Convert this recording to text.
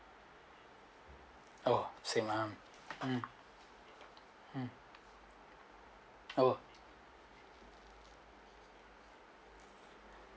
oh same ah mm mm oh